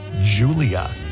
Julia